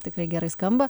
tikrai gerai skamba